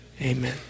Amen